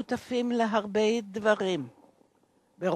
יש הרבה במשותף.